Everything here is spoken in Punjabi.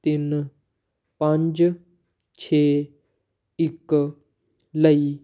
ਤਿੰਨ ਪੰਜ ਛੇ ਇੱਕ ਲਈ